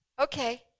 okay